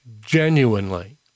genuinely